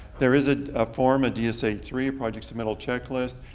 there is ah a form, a dsa three, project submittal checklist.